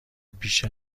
بیش